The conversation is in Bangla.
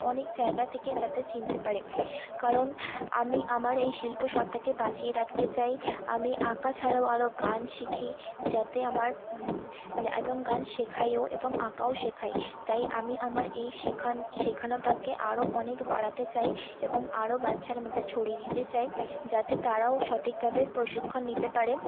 অনেক জায়গা থেকে যাতে চিনতে পারে কারণ আমি আমার এই শিল্প সত্ত্বাকে বাঁচিয়ে রাখতে চাই আমি আঁকা ছাড়াও আরও গান শিখি যাতে আমার যা এবং গান শেখাইও এবং আঁকাও শেখাই তাই আমি আমার এই শেখানোটাকে আরও অনেক বাড়াতে চাই এবং আরও বাচ্চার মধ্যে ছড়িয়ে দিতে চাই যাতে তারাও সঠিকভাবে প্রশিক্ষণ নিতে পারে